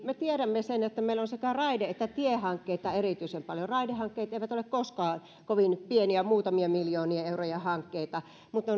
me tiedämme sen että meillä on sekä raide että tiehankkeita erityisen paljon ja raidehankkeet eivät ole koskaan kovin pieniä muutamien miljoonien eurojen hankkeita mutta